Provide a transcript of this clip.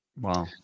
Wow